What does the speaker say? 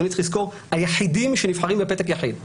אדוני צריך לזכור: היחידים שנבחרים בפתק יחיד.